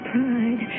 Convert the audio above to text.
Pride